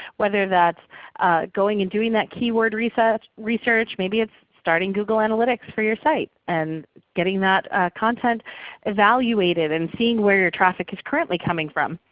whether that's going and doing that keyword research. maybe it's starting google analytics for your site and getting that content evaluated and seeing where your traffic is currently coming from.